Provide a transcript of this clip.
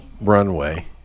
runway